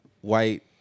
white